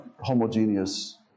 homogeneous